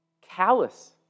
callous